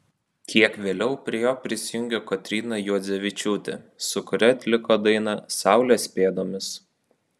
kiek vėliau prie jo prisijungė kotryna juodzevičiūtė su kuria atliko dainą saulės pėdomis